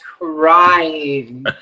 crying